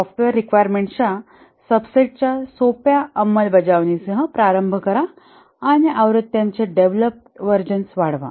software रिक्वायरमेंट्सच्या सबसेटच्या सोप्या अंमलबजावणीसह प्रारंभ करा आणि आवृत्त्यांचे डेव्हलप व्हर्जन्स वाढवा